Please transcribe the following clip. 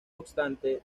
obstante